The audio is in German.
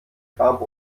grab